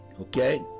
Okay